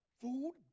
food